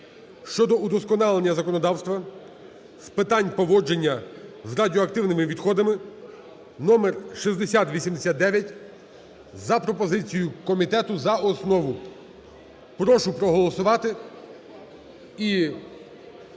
щодо удосконалення законодавства з питань поводження з радіоактивними відходами (№6089), за пропозицією комітету, за основу. Прошу проголосувати і прошу